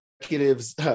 executives